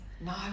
No